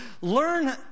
learn